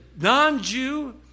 non-Jew